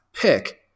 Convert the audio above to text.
pick